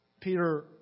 Peter